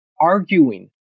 arguing